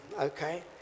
okay